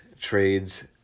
trades